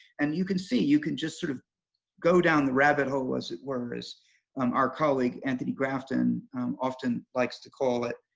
and you can see you can just sort of go down the rabbit hole as it were as our colleague anthony grafton often likes to call it,